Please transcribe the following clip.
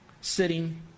sitting